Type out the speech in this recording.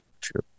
True